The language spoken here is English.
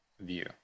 view